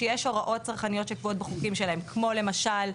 שיש הוראות צרכניות שקבועות בחוקים שלהם כמו למשל,